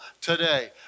today